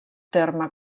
terme